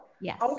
Yes